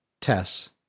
Tess